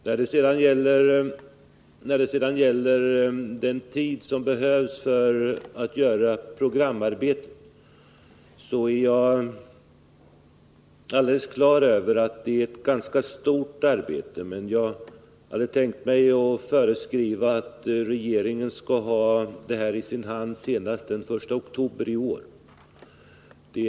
När det sedan gäller den tid som behövs för att göra programarbetet vill jag säga att jag är helt på det klara med att det är ett ganska stort arbete. Men jag hade tänkt mig föreskriva att regeringen skall ha det i sin hand senast den 1 oktober i år.